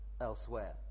elsewhere